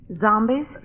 Zombies